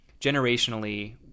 generationally